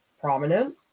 prominent